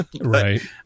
right